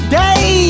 day